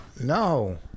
No